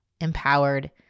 empowered